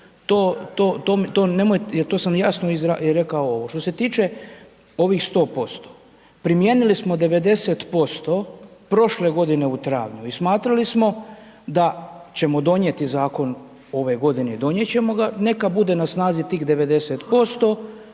to sam jasno i rekao ovo. Što se tile ovih 100%, primijenili smo 90% prošle godine u travnju i smatrali smo da ćemo donijeti zakon ove godine i donijet ćemo ga, neka bude na snazi tih 90%